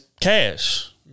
cash